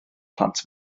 plant